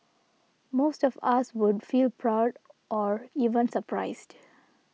most of us would feel proud or even surprised